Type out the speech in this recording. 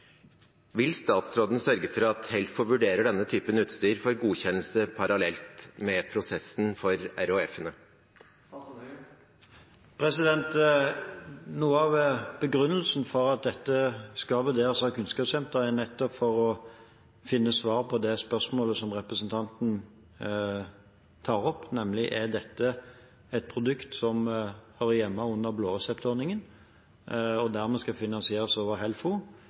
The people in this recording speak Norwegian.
Vil statsråden sørge for at HELFO vurderer denne typen utstyr for godkjenning parallelt med prosessen for RHF-ene? Noe av begrunnelsen for at dette skal vurderes av Kunnskapssenteret, er at man vil finne svar på det spørsmålet som representanten tar opp, nemlig: Er dette et produkt som hører hjemme under blåreseptordningen, og som dermed skal finansieres over HELFO,